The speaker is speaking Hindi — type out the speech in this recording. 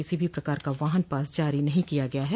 किसी भी प्रकार का वाहन पास जारी नहीं किया गया है